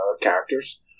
characters